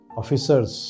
officers